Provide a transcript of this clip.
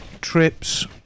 trips